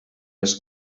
les